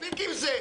די, מספיק עם זה.